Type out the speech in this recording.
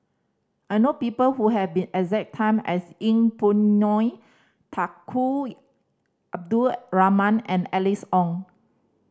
I know people who have been as exact time as Yeng Pway Ngon Tunku Abdul Rahman and Alice Ong